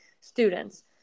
students